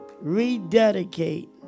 rededicate